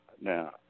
Now